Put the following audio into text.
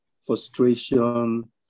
frustration